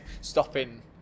stopping